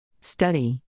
Study